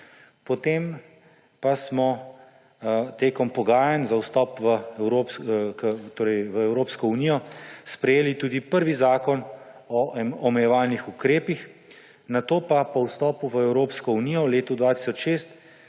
potem pa smo tekom pogajanj za vstop v Evropsko unijo sprejeli tudi prvi Zakon o omejevalnih ukrepih, nato pa po vstopu v Evropsko unijo v letu 2006